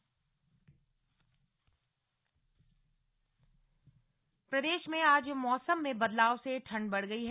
मौसम प्रदेश में आज मौसम में बदलाव से ठंड बढ़ गई है